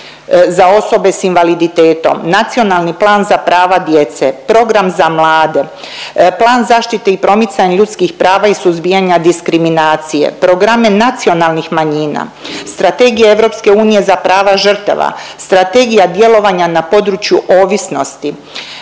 za osobe s invaliditetom, nacionalni plan za prava djece, program za mlade, plan zaštite i promicanja ljudskih prava i suzbijanja diskriminacije, programe nacionalnih manjina, strategije EU za prava žrtava, strategija djelovanja na području ovisnosti.